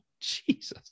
Jesus